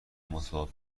متفاوت